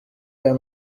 aya